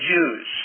Jews